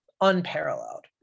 unparalleled